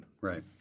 Right